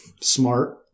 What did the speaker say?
smart